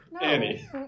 Annie